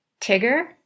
Tigger